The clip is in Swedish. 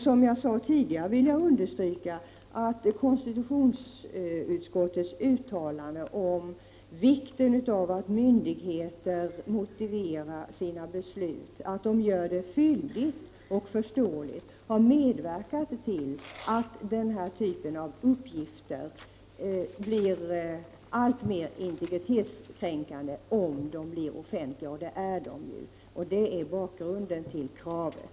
Som jag tidigare sade vill jag understryka att konstitutionsutskottets uttalande om vikten av att myndigheter motiverar sina beslut och att de gör det fylligt och förståeligt har medverkat till att den här typen av uppgifter blir alltmer integritetskränkande om de blir offentliga — och det är de ju. Det är bakgrunden till kravet.